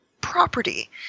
property